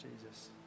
Jesus